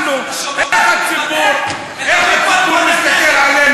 אתה שומע איך הוא מדבר?